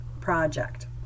project